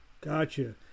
Gotcha